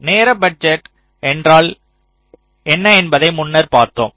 நேர பட்ஜெட் என்றால் என்ன என்பதை முன்னர் பார்த்தோம்